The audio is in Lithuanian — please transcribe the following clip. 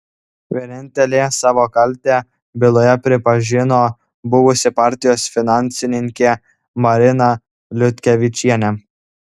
vienintelė savo kaltę byloje pripažino buvusi partijos finansininkė marina liutkevičienė